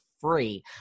free